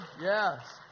Yes